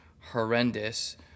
horrendous